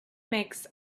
makes